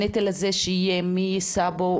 הנטל הזה שיהיה מי יישא בו,